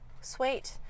Sweet